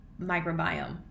microbiome